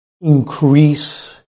increase